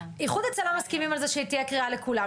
איחוד הצלה מסכימים שתהיה קריאה לכולם,